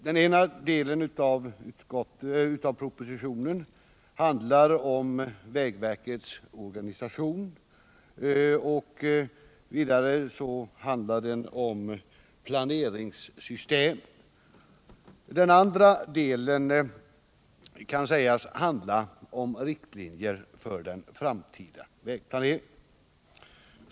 Den ena delen av propositionen handlar om vägverkets organisation och om planeringssystem. Den andra delen kan sägas handla om riktlinjer för den framtida vägplaneringen.